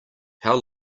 how